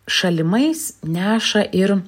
šalimais neša ir